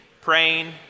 praying